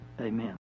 Amen